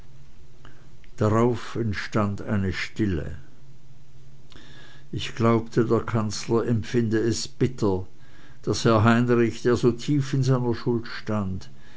darauf entstand eine stille ich glaubte der kanzler empfinde es bitter daß herr heinrich der so tief in seiner schuld stand